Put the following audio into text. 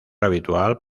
habitual